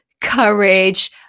courage